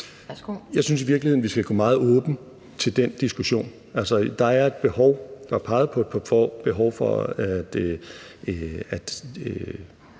Jeg synes i virkeligheden, vi skal gå meget åbent til den diskussion. Der er peget på et behov for at